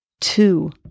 two